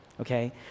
okay